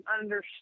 understand